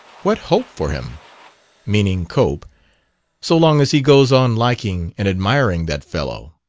what hope for him meaning cope so long as he goes on liking and admiring that fellow?